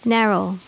Narrow